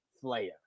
Flair